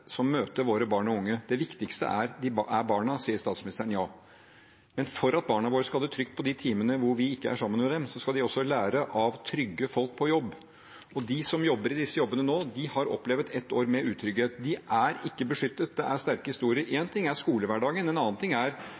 for at barna våre skal ha det trygt i de timene vi ikke er sammen med dem, skal de også lære av trygge folk på jobb, de som møter våre barn og unge. De som står i disse jobbene nå, har opplevd et år med utrygghet. De er ikke beskyttet. Det er sterke historier. Én ting er skolehverdagen, en annen ting er